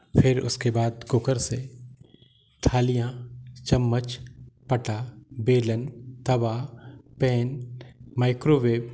फिर उसके बाद कुकर से थालियाँ चम्मच पटा बेलन तवा पेन माइक्रोवेव